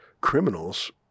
criminals